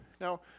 now